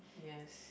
yes